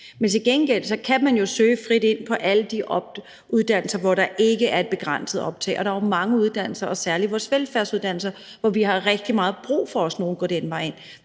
Men til gengæld kan man jo søge frit ind på alle de uddannelser, hvor der ikke er et begrænset optag, og der er jo mange uddannelser, særlig vores velfærdsuddannelser, hvor vi har rigtig meget brug for, at nogle også går den vej ind.